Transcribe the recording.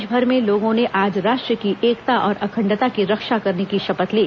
देशभर में लोगों ने आज राष्ट्र की एकता और अखंडता की रक्षा करने की शपथ ली